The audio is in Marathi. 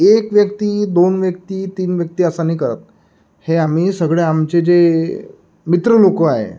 एक व्यक्ती दोन व्यक्ती तीन व्यक्ती असा नाही करत हे आम्ही सगळे आमचे जे मित्र लोकं आहे